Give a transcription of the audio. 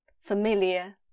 familiar